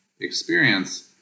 experience